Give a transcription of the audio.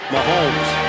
Mahomes